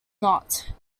not